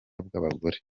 bw’abagore